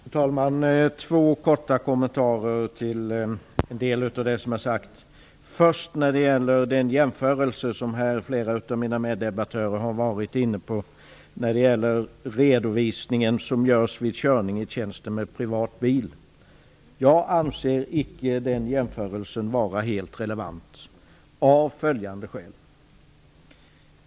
Fru talman! Jag har två kortfattade kommentarer till en del av det som har sagts. Flera av mina meddebattörer har varit inne på en jämförelse med den redovisning som skall göras vid körning i tjänsten med privat bil. Jag anser icke att den jämförelsen är helt relevant av följande skäl.